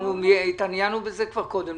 אנחנו התעניינו בזה כבר קודם,